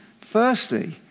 firstly